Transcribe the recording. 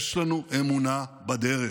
יש לנו אמונה בדרך.